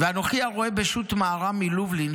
"ואנוכי הרואה בשו"ת מהר"ם מלובלין,